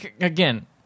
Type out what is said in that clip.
again